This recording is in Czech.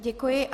Děkuji.